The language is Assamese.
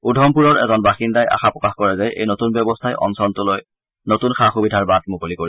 উধমপুৰৰ এজন বাসিন্দাই আশা প্ৰকাশ কৰে যে এই নতুন ব্যৱস্থাই অঞ্চলটোলৈ নতুন সা সুবিধাৰ বাট মুকলি কৰিব